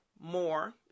more